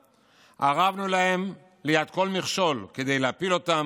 ארבנו להם ליד כל מכשול כדי להפיל אותם,